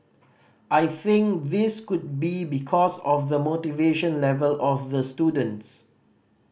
I think this could be because of the motivation level of the students